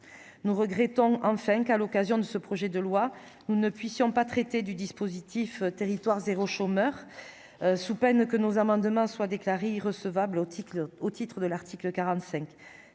nous regrettons enfin qu'à l'occasion de ce projet de loi nous ne puissions pas traiter du dispositif territoires zéro chômeur sous peine que nos amendements soit déclarée recevable otite au titre de l'article 45,